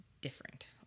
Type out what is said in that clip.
different